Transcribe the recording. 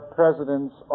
presidents